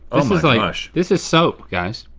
oh so my gosh. this is soap, guys.